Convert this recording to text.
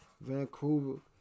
Vancouver